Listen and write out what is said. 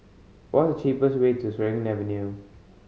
what is the cheapest way to Serangoon Avenue